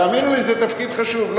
תאמינו לי, זה תפקיד חשוב.